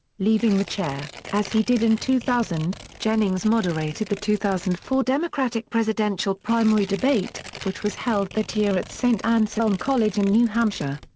leaving the chair as he did in two thousand, jennings moderated the two thousand and four democratic presidential primary debate, which was held that year at saint anselm college in new hampshire.